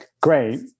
great